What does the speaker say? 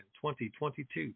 2022